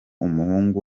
umuhungu